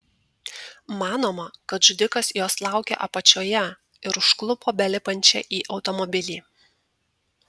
manoma kad žudikas jos laukė apačioje ir užklupo belipančią į automobilį